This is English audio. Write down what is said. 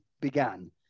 began